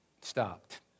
stopped